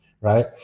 right